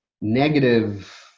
negative